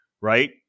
right